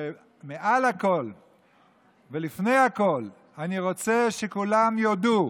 ומעל הכול ולפני הכול אני רוצה שכולם יודו,